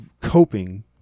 coping